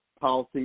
policy